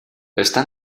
està